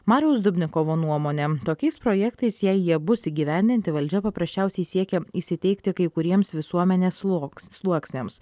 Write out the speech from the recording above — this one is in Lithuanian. mariaus dubnikovo nuomone tokiais projektais jei jie bus įgyvendinti valdžia paprasčiausiai siekia įsiteikti kai kuriems visuomenės sluok sluoksniams